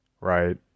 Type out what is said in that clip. right